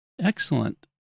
Excellent